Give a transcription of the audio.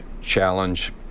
challenge